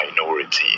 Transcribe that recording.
minority